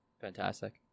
Fantastic